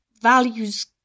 values